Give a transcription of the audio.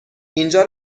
اینجا